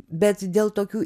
bet dėl tokių